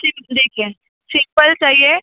ship देखिए simple चाहिए